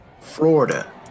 Florida